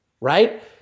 right